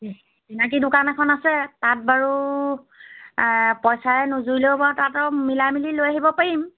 চিনাকী দোকান এখন আছে তাত বাৰু পইচাৰে নুজুৰিলেও বাৰু তাত আৰু মিলাই মেলি লৈ আহিব পাৰিম